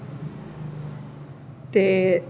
ते